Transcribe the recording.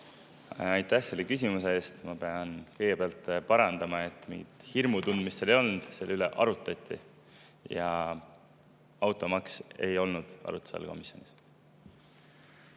Aitäh selle küsimuse eest! Ma pean kõigepealt parandama: mingit hirmu tundmist seal ei olnud, selle üle arutati. Ja automaks ei olnud komisjonis